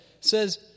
says